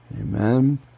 amen